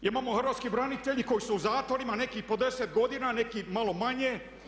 Imamo hrvatske branitelje koji su u zatvorima, neki i po 10 godina, a neki malo manje.